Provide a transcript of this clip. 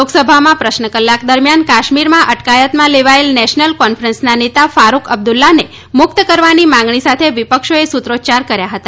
લોકસભામાં પ્રશ્ન કલાક દરમિયાન કાશ્મીરમાં અટકાયતમાં લેવાયેલ નેશનલ કોન્ફરન્સના નેતા ફારૂક અબ્દુલ્લાને મુક્ત કરવાની માગણી સાથે વિપક્ષોએ સૂત્રોચ્યારો કર્યા હતા